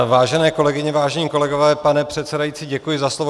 Vážené kolegyně, vážení kolegové, pane předsedající, děkuji za slovo.